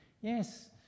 Yes